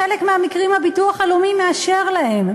בחלק מהמקרים הביטוח הלאומי מאשר להן,